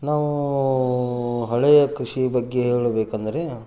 ನಾವು ಹಳೆಯ ಕೃಷಿ ಬಗ್ಗೆ ಹೇಳಬೇಕೆಂದರೆ